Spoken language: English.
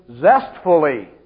zestfully